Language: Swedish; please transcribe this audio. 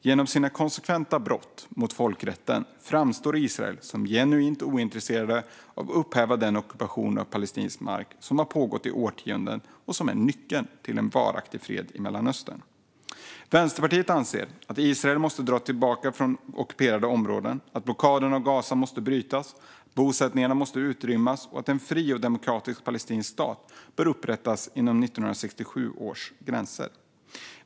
Genom sina konsekventa brott mot folkrätten framstår Israel som genuint ointresserat av att upphäva den ockupation av palestinsk mark som pågått i årtionden och som är nyckeln till en varaktig fred i Mellanöstern. Vänsterpartiet anser att Israel måste dra sig tillbaka från ockuperade områden, att blockaden av Gaza måste brytas, att bosättningarna måste utrymmas och att en fri och demokratisk palestinsk stat bör upprättas inom 1967 års gränser.